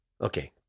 Okay